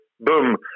boom